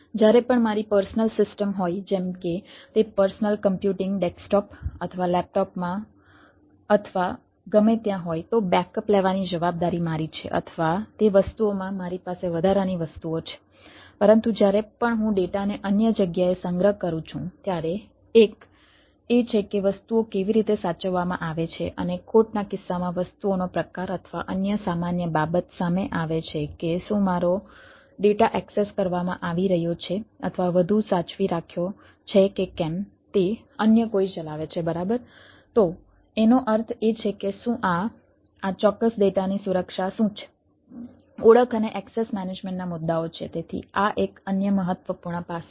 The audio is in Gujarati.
જ્યારે પણ મારી પર્સનલ સિસ્ટમ વિશ્વાસ પ્રતિષ્ઠા જોખમના મુદ્દાઓ છે